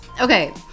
Okay